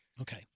Okay